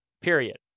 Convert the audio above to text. Period